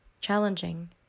challenging